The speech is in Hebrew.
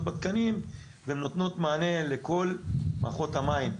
בתקנים והן נותנות מענה לכל מערכות המים,